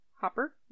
Hopper